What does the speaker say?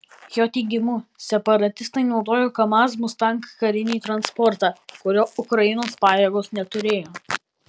jo teigimu separatistai naudojo kamaz mustang karinį transportą kurio ukrainos pajėgos neturėjo